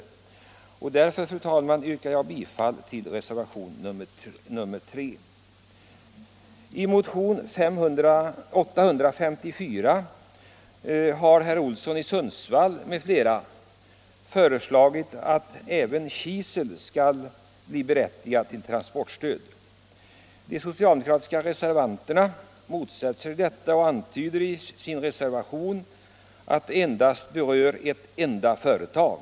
Därför yrkar jag bifall till reservationen 3. I motionen 854 av herr Olsson i Sundsvall m.fl. har hemställts att även kisel skall bli berättigat till transportstöd. De socialdemokratiska reservanterna har motsatt sig detta och antyder i reservationen att transport av kisel endast berör ett enda företag.